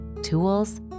tools